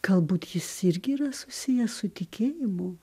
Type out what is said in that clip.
galbūt jis irgi yra susijęs su tikėjimu